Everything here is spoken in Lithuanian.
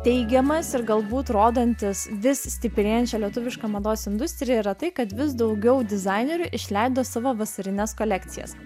teigiamas ir galbūt rodantis vis stiprėjančią lietuvišką mados industriją yra tai kad vis daugiau dizainerių išleido savo vasarines kolekcijas